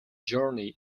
journey